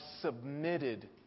submitted